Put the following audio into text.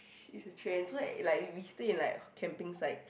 it's the trend so that like when we stayed like camping site